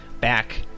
back